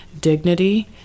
dignity